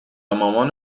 مامان